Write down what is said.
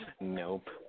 Nope